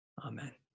Amen